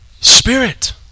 Spirit